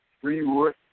Greenwood